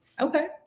Okay